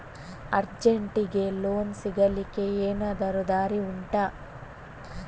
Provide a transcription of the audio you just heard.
ಅರ್ಜೆಂಟ್ಗೆ ಲೋನ್ ಸಿಗ್ಲಿಕ್ಕೆ ಎನಾದರೂ ದಾರಿ ಉಂಟಾ